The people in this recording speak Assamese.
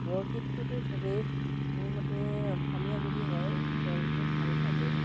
বৰগীতটোতো সবেই মোৰ মতে অসমীয়া যদি হয় তেওঁলোকে ভাল পাবই